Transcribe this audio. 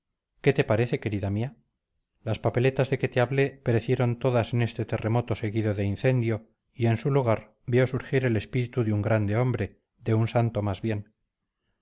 qué te parece querida mía las papeletas de que te hablé perecieron todas en este terremoto seguido de incendio y en su lugar veo surgir el espíritu de un grande hombre de un santo más bien